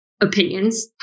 opinions